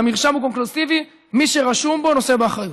המרשם הוא קונקלוסיבי: מי שרשום בו נושא באחריות.